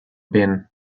ben